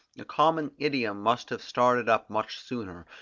a common idiom must have started up much sooner,